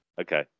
Okay